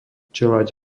čeľaď